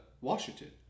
Washington